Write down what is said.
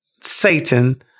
Satan